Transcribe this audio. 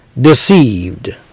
deceived